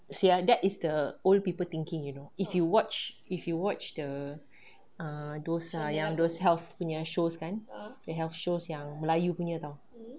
you see ah that is the old people thinking you know if you watch if you watch the err those yang health punya shows kan the health shows yang melayu punya [tau]